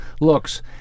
looks